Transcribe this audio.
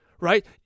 right